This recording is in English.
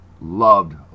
Loved